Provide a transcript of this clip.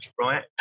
right